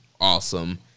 awesome